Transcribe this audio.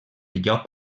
lloc